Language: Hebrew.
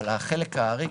אבל החלק הארי,